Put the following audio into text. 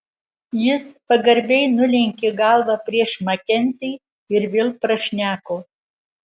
jis pagarbiai nulenkė galvą prieš makenzį ir vėl prašneko